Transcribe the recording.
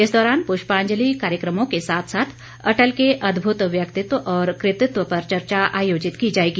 इस दौरान पुष्पांजलि कार्यक्रमों के साथ साथ अटल के अदभुत व्यक्तित्व और कृतित्व पर चर्चा आयोजित की जाएगी